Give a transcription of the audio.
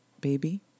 baby